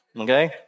okay